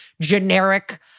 generic